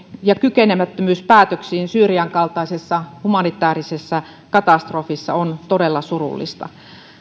ja kykenemättömyys päätöksiin syyrian kaltaisessa humanitäärisessä katastrofissa on todella surullista